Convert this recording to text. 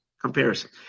comparison